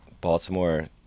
Baltimore